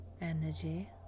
energy